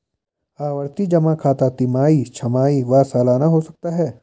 आवर्ती जमा खाता तिमाही, छमाही व सलाना हो सकता है